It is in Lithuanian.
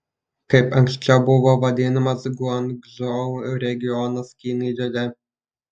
kaip anksčiau buvo vadinamas guangdžou regionas kinijoje